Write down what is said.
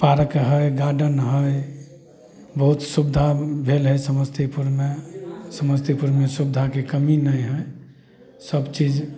park हइ garden हइ बहुत सुविधा भेल हइ समस्तीपुरमे समस्तीपुरमे सुविधाके कमी नहि हइ सबचीज